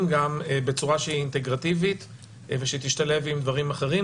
בצורה שהיא אינטגרטיבית ושהיא תשתלב עם דברים אחרים.